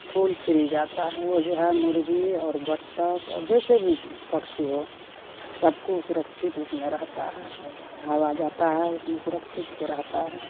फूल फ्रीज आता है वह जो है मुर्गी और बत्तख और जैसे भी पक्षी हो सबको सुरक्षित उसमें रहता है हवा जाता है उसमें सुरक्षित से रहता है